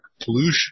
pollution